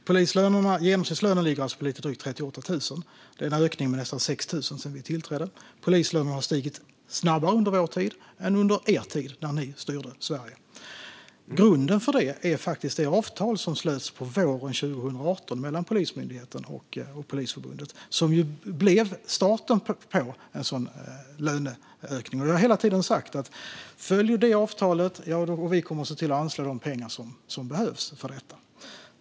Fru talman! Genomsnittslönen för poliser ligger på lite drygt 38 000 kronor. Det är en ökning med nästan 6 000 kronor sedan vi tillträdde. Polislönerna har stigit snabbare under vår tid än under den tid då ni styrde Sverige. Grunden för det är faktiskt det avtal som slöts på våren 2018 mellan Polismyndigheten och Polisförbundet och som blev starten för en sådan löneökning. Jag har hela tiden sagt att om detta avtal följs kommer vi att se till att anslå de pengar som behövs för detta.